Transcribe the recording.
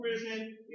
prison